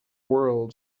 world